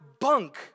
bunk